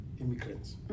immigrants